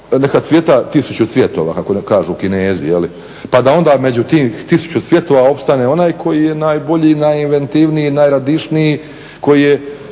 neka cvjeta tisuću cvjetova kako kažu Kinezi pa da onda među tih tisuću cvjetova opstane onaj koji je najbolji, najinventivniji, najradišniji, koji su